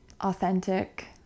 authentic